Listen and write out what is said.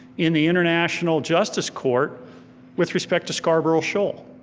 in the international justice court with respect to scarborough shoal.